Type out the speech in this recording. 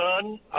son